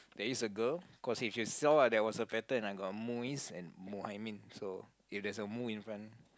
there is a girl cause if you saw I got a pattern I got a Muiz and Muhaimin so if there's a Mu in front